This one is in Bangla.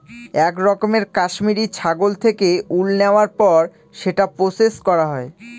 এক রকমের কাশ্মিরী ছাগল থেকে উল নেওয়ার পর সেটা প্রসেস করা হয়